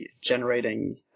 generating